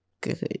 good